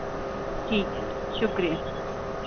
ठीक ऐ शुक्रिया